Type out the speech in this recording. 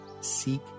Seek